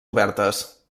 obertes